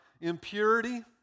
impurity